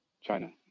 China